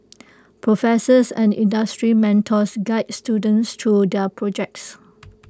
professors and industry mentors guide students through their projects